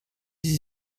sie